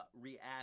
react